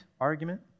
argument